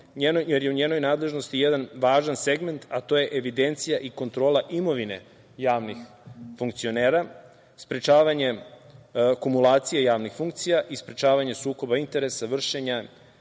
jer je u njenoj nadležnosti jedan važan segment, a to je evidencija i kontrola imovine javnih funkcionera, sprečavanje akumulacije javnih funkcija i sprečavanje sukoba interesa vršenje